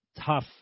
tough